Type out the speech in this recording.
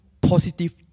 positive